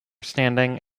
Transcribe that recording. standing